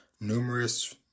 numerous